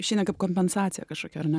išeina kaip kompensaciją kažkokia ar ne